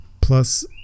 plus